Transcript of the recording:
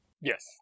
Yes